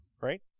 right